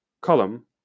column